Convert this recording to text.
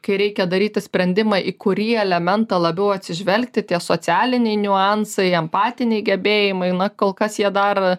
kai reikia daryti sprendimą į kurį elementą labiau atsižvelgti tie socialiniai niuansai empatiniai gebėjimai na kol kas jie dar